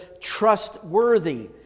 trustworthy